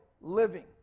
living